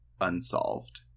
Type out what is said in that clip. unsolved